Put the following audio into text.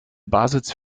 basis